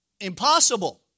impossible